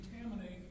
contaminate